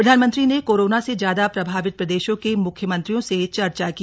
प्रधानमंत्री ने कोरोना से ज्यादा प्रभावित प्रदेशों के मुख्यमंत्रियों से चर्चा की